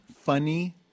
funny